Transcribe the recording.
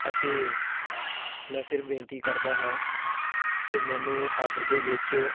ਅਤੇ ਮੈਂ ਫਿਰ ਬੇਨਤੀ ਕਰਦਾ ਹਾਂ ਕਿ ਮੈਨੂੰ ਆਡਰ ਦੇ ਵਿੱਚ